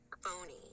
phony